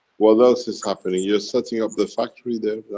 what else is happening, you're setting up the factory there